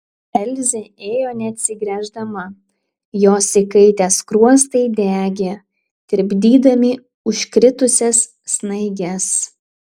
elzė ėjo neatsigręždama jos įkaitę skruostai degė tirpdydami užkritusias snaiges